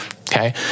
Okay